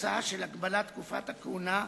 התוצאה של הגבלת תקופת הכהונה,